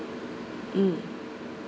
mm